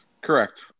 correct